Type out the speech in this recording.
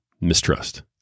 mistrust